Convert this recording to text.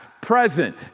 present